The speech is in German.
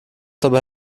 dabei